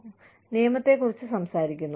ഞങ്ങൾ നിയമത്തെക്കുറിച്ച് സംസാരിക്കുന്നു